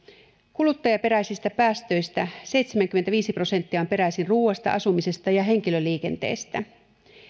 kuluttajaperäisistä päästöistä seitsemänkymmentäviisi prosenttia on peräisin ruuasta asumisesta ja henkilöliikenteestä